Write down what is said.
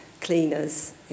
cleaners